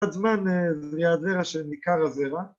‫בקצת זמן זיהה הזרע שניכר הזרע.